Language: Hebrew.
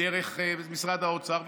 דרך משרד האוצר.